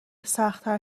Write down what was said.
سختتر